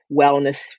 wellness